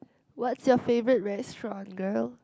what's your favorite restaurant girl